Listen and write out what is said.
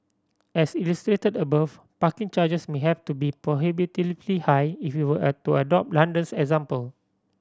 as illustrated above parking charges may have to be prohibitively high if we were a to adopt London's example